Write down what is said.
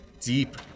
deep